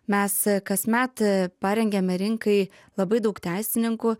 mes kasmet parengiame rinkai labai daug teisininkų